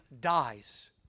dies